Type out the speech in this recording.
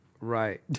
Right